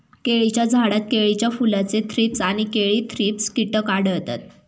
केळीच्या झाडात केळीच्या फुलाचे थ्रीप्स आणि केळी थ्रिप्स कीटक आढळतात